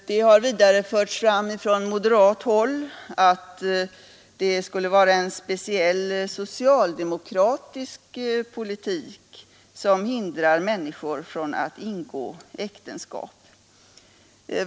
Det har vidare förts fram från moderat håll att det skulle vara en speciell socialdemokratisk politik som hindrar människor från att ingå äktenskap.